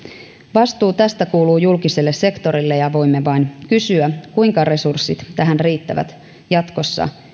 vastuu tästä kuuluu julkiselle sektorille ja ja voimme vain kysyä kuinka resurssit tähän riittävät jatkossa